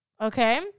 Okay